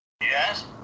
yes